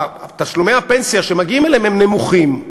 תשלומי הפנסיה שמגיעים אליו הם נמוכים,